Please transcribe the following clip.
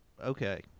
Okay